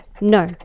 No